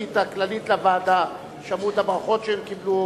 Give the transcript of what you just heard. המשפטית הכללית לוועדה שמעו את הברכות שהן קיבלו?